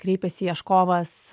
kreipiasi ieškovas